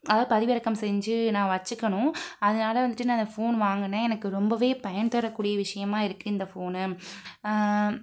அதாவது பதிவிறக்கம் செஞ்சு நான் வச்சிக்கணும் அதனால வந்துட்டு நான் இந்த ஃபோன் வாங்கினேன் எனக்கு ரொம்பவே பயன்தரக்கூடிய விஷியமாக இருக்குது இந்த ஃபோனு